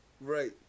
Right